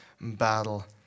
battle